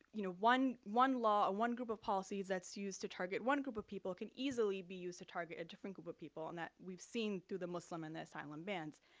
you know, one one law or ah one group of policies that's used to target one group of people can easily be used to target a different group of people and that we've seen through the muslim and asylum bans.